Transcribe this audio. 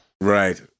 Right